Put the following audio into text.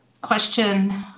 question